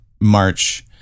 March